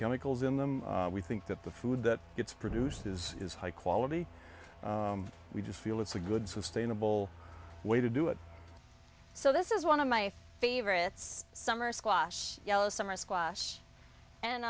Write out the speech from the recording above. chemicals in them we think that the food that it's produced is is high quality we just feel it's a good sustainable way to do it so this is one of my favorites summer squash yellow summer squash and